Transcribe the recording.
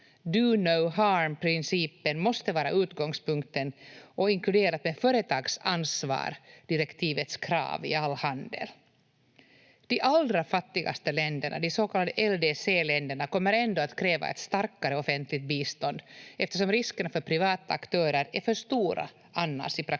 Do no harm-principen måste vara utgångspunkten och inkluderad med företagsansvarsdirektivets krav i all handel. De allra fattigaste länderna, de så kallade LDC-länderna, kommer ändå att kräva ett starkare offentligt bistånd eftersom riskerna för privata aktörer annars är för stora i praktiken.